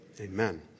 amen